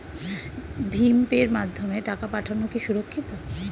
ভিম পের মাধ্যমে টাকা পাঠানো কি সুরক্ষিত?